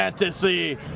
fantasy